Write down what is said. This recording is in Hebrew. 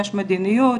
יש מדיניות,